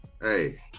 Hey